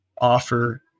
offer